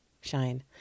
shine